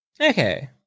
Okay